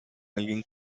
alguien